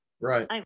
Right